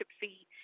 fee